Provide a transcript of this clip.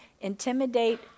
intimidate